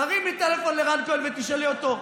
תרימי טלפון לרן כהן ותשאלי אותו,